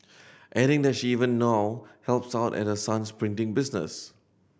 adding that she even now helps out at her son's printing business